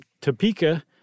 Topeka